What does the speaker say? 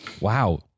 Wow